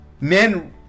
Men